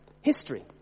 history